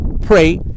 pray